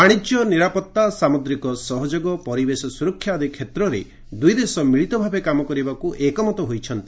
ବାଣିଜ୍ୟ ନିରାପତ୍ତା ସାମୁଦ୍ରିକ ସହଯୋଗ ପରିବେଶ ସୁରକ୍ଷା ଆଦି କ୍ଷେତ୍ରରେ ଦୁଇଦେଶ ମିଳିତ ଭାବେ କାମ କରିବାକୁ ଏକମତ ହୋଇଛନ୍ତି